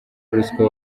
ruswa